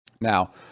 Now